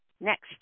Next